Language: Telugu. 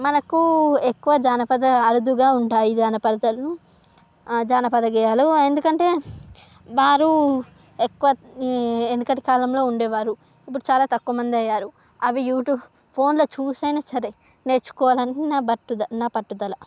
మనకు ఎక్కువ జానపద అరుదుగా ఉంటాయి జానపదాలు జానపద గేయాలు ఎందుకంటే వారు ఎక్కువ వెనకటి కాలంలో ఉండేవారు ఇప్పుడు చాలా తక్కువమంది అయ్యారు అవి యూట్యూబ్ ఫోన్ లో చూసి అయినా సరే నేర్చుకోవాలని నా బట్టు నా పట్టుదల